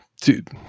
dude